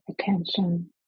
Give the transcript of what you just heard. attention